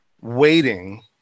waiting